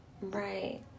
right